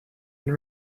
and